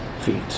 feet